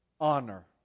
Honor